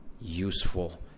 useful